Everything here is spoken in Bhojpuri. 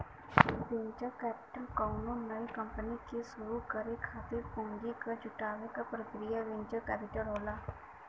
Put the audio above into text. वेंचर कैपिटल कउनो नई कंपनी के शुरू करे खातिर पूंजी क जुटावे क प्रक्रिया वेंचर कैपिटल होला